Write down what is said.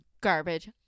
garbage